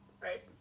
Right